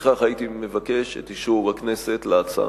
לפיכך אבקש את אישור הכנסת להצעה.